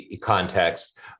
context